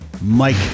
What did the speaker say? Mike